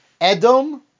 Edom